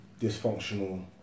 dysfunctional